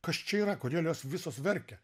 kas čia yra kodėl jos visos verkia